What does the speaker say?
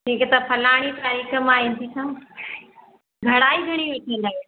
ठीकु आहे त फलाणी तारीख़ मां ईंदीसांव घणाई घणी वठंदा आहियो